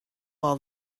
all